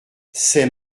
sait